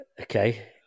okay